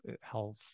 health